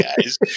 guys